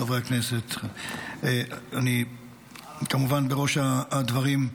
חברי הכנסת, כמובן, בראש הדברים,